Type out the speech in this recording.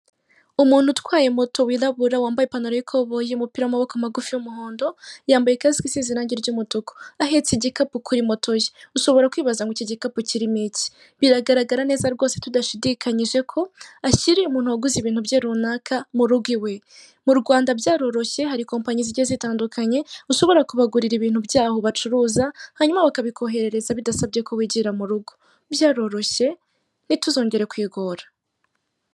Umuntu utwaye moto wirabura wambaye ipantaro y'ikoboyi, umupira w'amaboko magufi yambaye kasike isize irange ry'umutuku ahetse igikapu kuri moto ye, ushobora kwibaza ngo iki gikapu kirimo iki, biragaragara neza rwose tudashidikanyije ko ashyiriye umuntu waguze ibintu bye runaka mu rugo iwe, mu Rwanda byaroroshye hari kampani zigiye zitandukanye ushobora kubagurira ibintu byaho bacuruza hanyuma bakabikoherereza bidasabye ko wigira mu rugo, byaroroshye ntituzongere kwigora.